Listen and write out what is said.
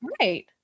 right